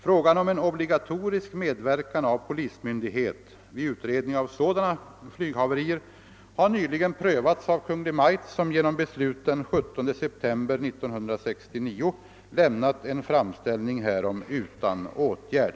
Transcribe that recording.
Frågan om en obligatorisk medverkan av polismyndighet vid utredning av sådana flyghaverier har nyligen prövats av Kungl. Maj:t, som genom beslut den 17 september 1969 lämnat en framställning härom utan åtgärd.